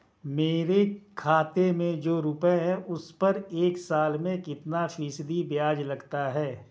मेरे खाते में जो रुपये हैं उस पर एक साल में कितना फ़ीसदी ब्याज लगता है?